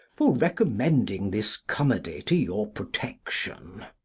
for recommending this comedy to your protection.